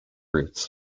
routes